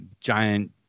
giant